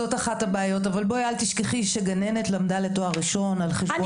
זאת אחת הבעיות אבל אל תשכחי שגננת למדה לתואר ראשון על חשבון זמנה,